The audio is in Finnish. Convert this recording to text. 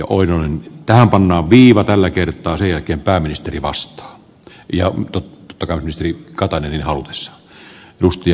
oinonen pääpanna viiva tällä kertaa sen jälkeen pääministeri vastaa ja matot arvoisa herra puhemies